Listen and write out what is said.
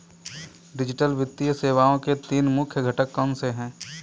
digital वित्तीय सेवाओं के तीन मुख्य घटक कौनसे हैं